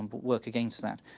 and but work against that.